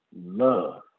love